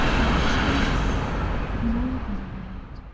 i was once more than a maid.